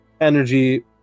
energy